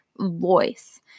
voice